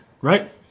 Right